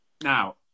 Now